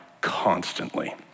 constantly